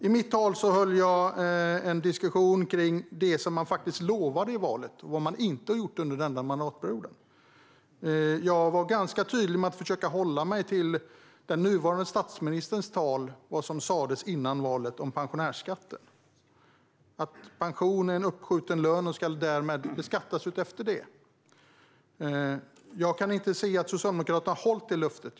I mitt tal tog jag upp det som man lovade i valet och vad man inte har gjort under denna mandatperiod. Jag var ganska tydlig med att försöka att hålla mig till den nuvarande statsministerns tal och det som sas före valet om pensionärsskatten. Pension är en uppskjuten lön och ska därmed beskattas som en sådan. Jag kan inte se att Socialdemokraterna har hållit det löftet.